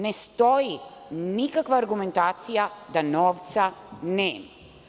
Ne stoji nikakva argumentacija da novca nema.